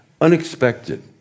unexpected